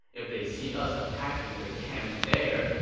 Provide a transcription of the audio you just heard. if they see us attacking their camp there,